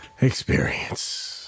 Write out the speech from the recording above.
experience